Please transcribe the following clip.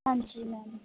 ਹਾਂਜੀ ਮੈਮ